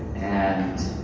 and